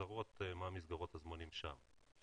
מה מסגרות הזמנים שם?